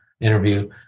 interview